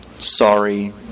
sorry